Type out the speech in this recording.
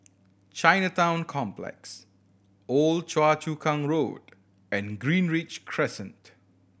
Chinatown Complex Old Choa Chu Kang Road and Greenridge Crescent